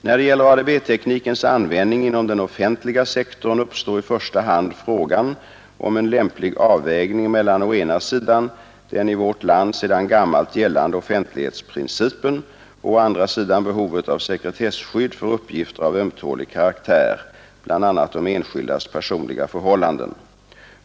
När det gäller ADB-teknikens användning inom den offentliga sektorn uppstår i första hand frågan om en lämplig avvägning mellan å ena sidan den i vårt land sedan gammalt gällande offentlighetsprincipen och å andra sidan behovet av sekretesskydd för uppgifter av ömtålig karaktär, bl.a. om enskildas personliga förhållanden.